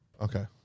Okay